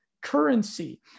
currency